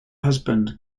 husband